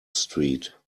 street